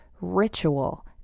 ritual